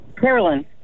Carolyn